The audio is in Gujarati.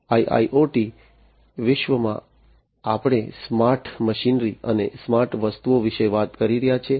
IIoT વિશ્વમાં આપણે સ્માર્ટ મશીનરી અને સ્માર્ટ વસ્તુઓ વિશે વાત કરી રહ્યા છીએ